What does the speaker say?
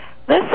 Listen